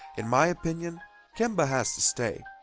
in my opinion kemba has to stay.